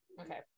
Okay